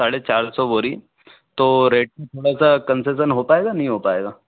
साढ़े चार सौ बोरी तो रेट थोड़ा सा कनसेस्सन हो पाएगा नहीं हो पाएगा